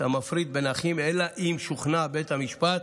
המפריד בין אחים אלא אם כן שוכנע בית המשפט